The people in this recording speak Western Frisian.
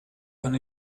fan